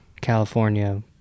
California